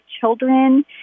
children